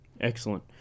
excellent